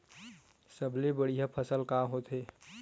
सबले बढ़िया फसल का होथे?